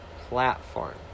Platform